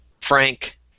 Frank